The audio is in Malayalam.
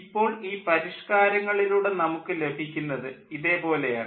ഇപ്പോൾ ഈ പരിഷ്ക്കാരങ്ങളിലൂടെ നമുക്ക് ലഭിക്കുന്നത് ഇതേ പോലെ ആണ്